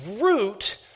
root